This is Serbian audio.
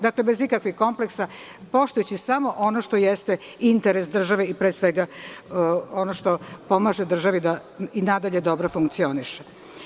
Dakle, bez ikakvih kompleksa, poštujući samo ono što jeste interes države i pre svega ono što pomaže državi da i nadalje dobro funkcioniše.